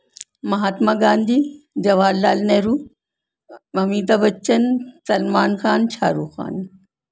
Mahatma Gandhi Jawahar Lal Nehru Amitabh Bachchan Salman Khan Shah Rukh Khan